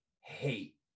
hate